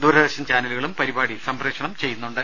ദൂരദർശൻ ചാനലുകളും പരിപാടി സംപ്രേഷണം ചെയ്യുന്നുണ്ട്